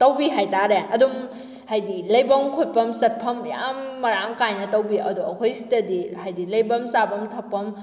ꯇꯧꯕꯤ ꯍꯥꯏꯇꯥꯔꯦ ꯑꯗꯨꯝ ꯍꯥꯏꯗꯤ ꯂꯩꯐꯝ ꯈꯣꯠꯐꯝ ꯆꯠꯐꯝ ꯌꯥꯝ ꯃꯔꯥꯡ ꯀꯥꯏꯅ ꯇꯧꯕꯤ ꯑꯗꯣ ꯑꯩꯈꯣꯏ ꯁꯤꯗꯗꯤ ꯍꯥꯏꯗꯤ ꯂꯩꯐꯝ ꯆꯥꯐꯝ ꯊꯛꯐꯝ